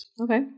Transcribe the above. Okay